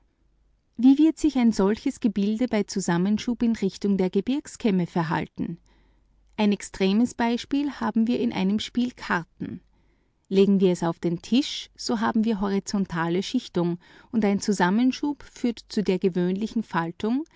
wie wird sich ein solches gebilde bei zusammenschub in richtung der gebirgskämme verhalten ein extremes beispiel haben wir in einem spiel karten legen wir es auf den tisch so haben wir horizontale schichtung und ein zusammenschub führt zu der gewöhnlichen